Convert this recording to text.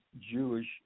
Jewish